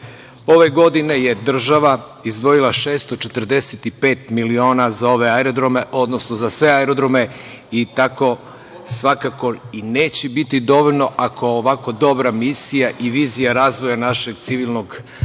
godine je država izdvojila 645 miliona za ove aerodrome, odnosno za sve aerodrome i tako svakako neće biti dovoljno, ako ovako dobra misija i vizija razvoja našeg civilnog